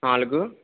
నాలుగు